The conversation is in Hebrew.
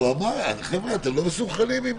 הוא אמר, חבר'ה, אתם לא מסונכרנים.